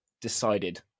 decided